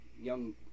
young